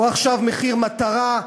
או עכשיו "מחיר מטרה",